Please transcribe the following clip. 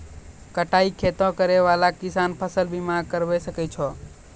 बटाई खेती करै वाला किसान फ़सल बीमा करबै सकै छौ?